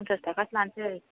पन्सास थाखासो लानोसै